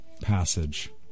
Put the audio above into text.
passage